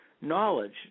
knowledge